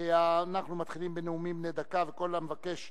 אנחנו מתחילים בנאומים בני דקה, וכל המבקש